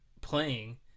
playing